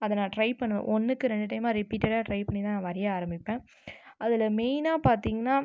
அதை நான் ட்ரை பண்ணுவேன் ஒன்றுக்கு ரெண்டு டைமாக ரிப்பீட்டடாக ட்ரை பண்ணி தான் நான் வரைய ஆரம்மிப்பேன் அதில் மெய்னாக பார்த்திங்கனா